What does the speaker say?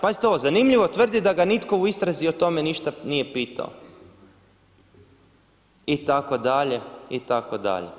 Pazite ovo zanimljivo tvrdi da ga nitko u istrazi o tome ništa nije pitano itd. itd.